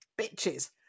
bitches